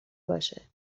باشه